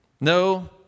No